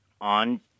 on